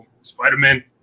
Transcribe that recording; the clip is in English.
Spider-Man